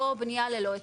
או בנייה ללא היתר.